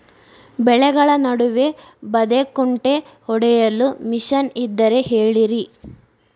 ಬೆಳೆಗಳ ನಡುವೆ ಬದೆಕುಂಟೆ ಹೊಡೆಯಲು ಮಿಷನ್ ಇದ್ದರೆ ಹೇಳಿರಿ